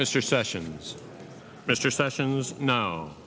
mr sessions mr sessions no